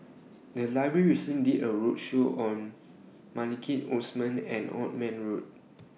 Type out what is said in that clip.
The Library recently did A roadshow on Maliki Osman and Othman Road